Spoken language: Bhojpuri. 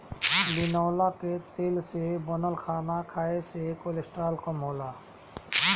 बिनौला कअ तेल से बनल खाना खाए से कोलेस्ट्राल कम होला